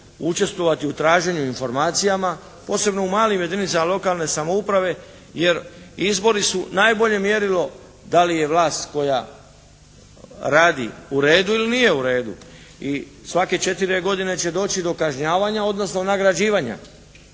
učestvovati u traženju informacijama, posebno u malim jedinicama lokalne samouprave. Jer izbori su najbolje mjerilo da li je vlast koja radi u redu ili nije u redu. I svake 4 godine će doći do kažnjavanja, odnosno nagrađivanja